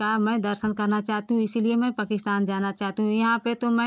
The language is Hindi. का मैं दर्शन करना चाहती हूँ इसलिए मैं पकिस्तान जाना चाहती हूँ यहाँ पर तो मैं